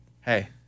Hey